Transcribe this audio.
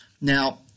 Now